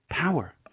power